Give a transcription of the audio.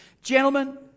Gentlemen